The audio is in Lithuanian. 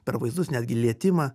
per vaizdus netgi lietimą